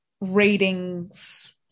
ratings